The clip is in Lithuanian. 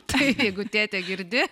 tai jeigu tėte girdi